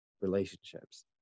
relationships